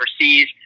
overseas